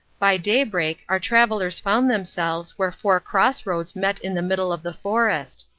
by daybreak our travellers found themselves where four cross roads met in the middle of the forest.